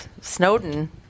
Snowden